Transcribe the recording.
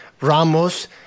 Ramos